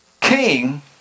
king